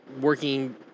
working